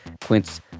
Quince